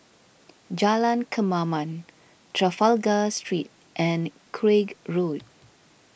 Jalan Kemaman Trafalgar Street and Craig Road